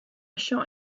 shot